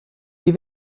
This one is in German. wie